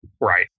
Right